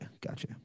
Gotcha